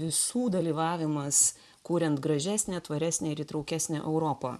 visų dalyvavimas kuriant gražesnę tvaresnę ir įtraukesnę europą